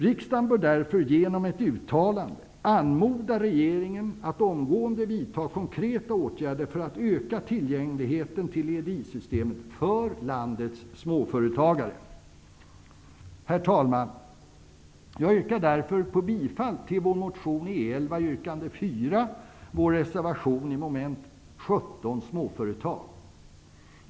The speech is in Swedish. Riksdagen bör därför genom ett uttalande anmoda regeringen att omgående vidta konkreta åtgärder för att öka tillgängligheten till EDI-systemet för landets småföretagare. Herr talman! Jag yrkar därför på bifall till vår motion E11 yrkande 4, dvs. vår reservation i mom. Herr talman!